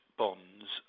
bonds